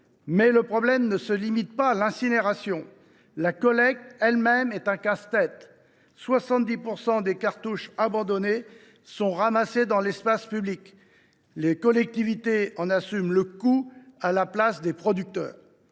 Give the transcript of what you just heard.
le problème ne se limite pas à l’incinération. La collecte elle même est un casse tête. Il faut savoir que 70 % des cartouches abandonnées sont ramassées dans l’espace public. Les collectivités en assument le coût à la place des producteurs.